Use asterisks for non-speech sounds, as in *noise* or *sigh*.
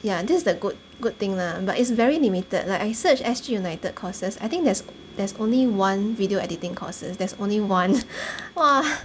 yeah this is the good good thing lah but it's very limited like I search S_G united courses I think there's there's only one video editing courses there's only one *laughs* !wah!